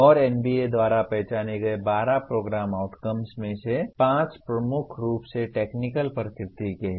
और NBA द्वारा पहचाने गए 12 प्रोग्राम आउटकम्स में से पहले 5 प्रमुख रूप से टेक्निकल प्रकृति के हैं